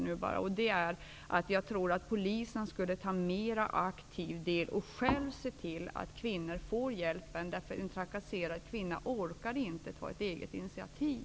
Jag tror att det skulle vara annorlunda om polisen själv tog mer aktiv del och själv såg till att kvinnor fick hjälp, eftersom en trakasserad kvinna inte orkar ta ett eget initiativ.